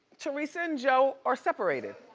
teresa and joe are separated.